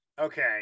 okay